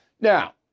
Now